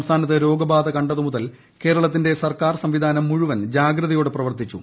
സംസ്ഥാനത്ത് രോഗ ബാധ കണ്ടതുമുതൽ കേരളത്തിന്റെ സർക്കാർ സംവിധാനം മുഴുവൻ ജാഗ്രതയോടെ പ്രവർത്തിച്ചു